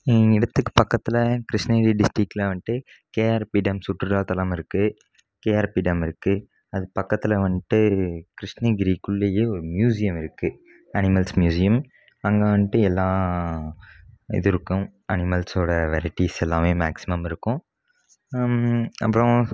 எங்கள் இடத்துக்கு பக்கதில் கிருஷ்ணகிரி டிஸ்டிகில் வந்துட்டு கேஆர்பி டேம் சுற்றுலா தளம் இருக்கு கேஆர்பி டேம் இருக்கு அது பக்கத்தில் வந்துட்டு கிருஷ்ணகிரிக்குள்ளேயே ஒரு மியூசியம் இருக்கு அனிமல்ஸ் மியூசியம் அங்கே வந்துட்டு எல்லாம் இது இருக்கும் அனிமல்ஸோட வெரைட்டிஸ் எல்லாமே மேக்சிமம் இருக்கும் அப்புறோம்